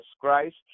Christ